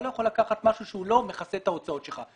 אתה לא יכול לקחת משהו שהוא לא מכסה את ההוצאות שלך.